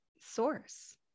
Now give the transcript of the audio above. source